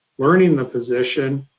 learning the position,